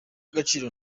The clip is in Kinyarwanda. agaciro